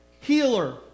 Healer